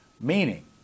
Meaning